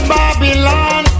Babylon